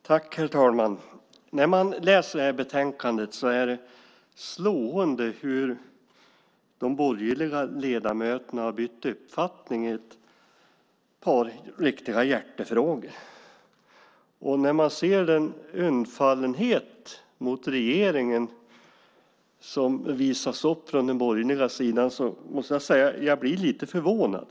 Herr talman! När man läser betänkandet är det slående hur de borgerliga ledamöterna har bytt uppfattning i ett par riktiga hjärtefrågor. När man ser den undfallenhet mot regeringen som visas upp från den borgerliga sidan måste jag säga att jag blir lite förvånad.